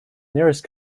nearest